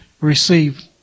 receive